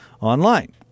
online